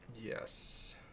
Yes